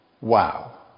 Wow